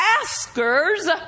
Askers